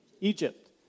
Egypt